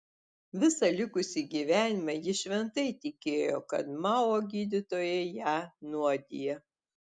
visą likusį gyvenimą ji šventai tikėjo kad mao gydytojai ją nuodija